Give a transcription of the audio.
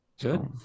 Good